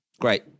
great